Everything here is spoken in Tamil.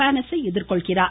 பானஸை எதிர்கொள்கிறார்